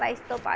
వయసుతో పాటు